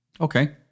Okay